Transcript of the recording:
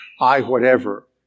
I-whatever